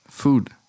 food